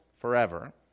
forever